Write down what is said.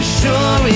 sure